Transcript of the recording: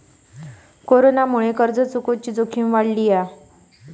कोरोनामुळे कर्ज चुकवुची जोखीम वाढली हा